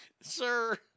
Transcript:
sir